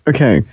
Okay